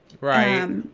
right